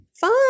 Fun